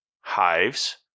hives